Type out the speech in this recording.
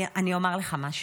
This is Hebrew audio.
אני אומר לך משהו: